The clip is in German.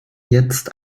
jetzt